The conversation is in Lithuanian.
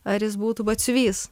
ar jis būtų batsiuvys